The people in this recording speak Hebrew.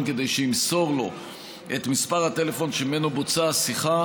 כדי שימסור לו את מספר הטלפון שממנו בוצעה השיחה,